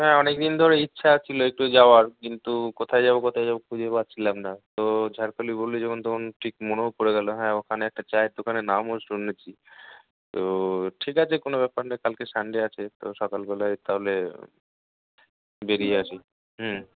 হ্যাঁ অনেক দিন ধরে ইচ্ছা ছিলো একটু যাওয়ার কিন্তু কোথায় যাবো কোথায় যাবো খুঁজে পাচ্ছিলাম না তো ঝড়খালি বললি যখন তখন ঠিক মনেও পড়ে গেল হ্যাঁ ওখানে একটা চায়ের দোকানের নামও শুনেছি তো ঠিক আছে কোনো ব্যাপার নয় কালকে সানডে আছে তো সকালবেলায় তাহলে বেড়িয়ে আসি হুম